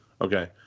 Okay